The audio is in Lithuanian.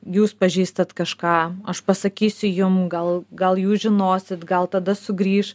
jūs pažįstat kažką aš pasakysiu jum gal gal jūs žinosit gal tada sugrįš